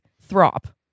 Throp